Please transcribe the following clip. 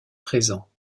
présents